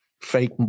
fake